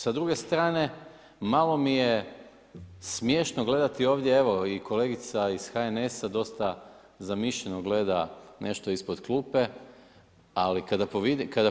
Sa druge strane malo mi je smiješno gledati ovdje, evo i kolegica iz HNS-a dosta zamišljeno gleda nešto ispod klupe, ali kada